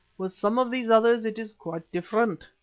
with some of these others it is quite different,